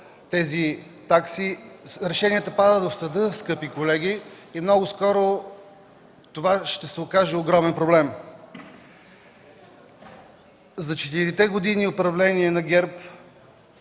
таксите, решенията падат в съда, скъпи колеги, и много скоро това ще се окаже огромен проблем. За четирите години управление на ГЕРБ,